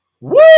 Woo